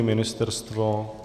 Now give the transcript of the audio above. Ministerstvo?